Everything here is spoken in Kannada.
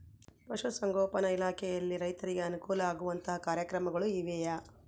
ಪಶುಸಂಗೋಪನಾ ಇಲಾಖೆಯಲ್ಲಿ ರೈತರಿಗೆ ಅನುಕೂಲ ಆಗುವಂತಹ ಕಾರ್ಯಕ್ರಮಗಳು ಇವೆಯಾ?